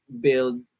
build